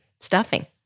stuffing